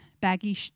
baggy